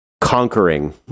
conquering